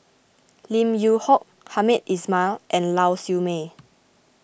Lim Yew Hock Hamed Ismail and Lau Siew Mei